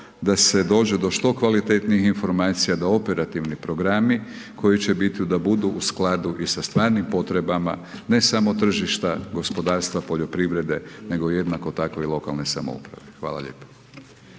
da se dođe do što kvalitetnijih informacija da operativni programi koji će biti, da budu u skladu i sa stvarnim potrebama, ne samo tržišta gospodarstva, poljoprivrede nego jednako tako i lokalne samouprave. Hvala lijepo.